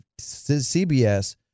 CBS